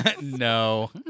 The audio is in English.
No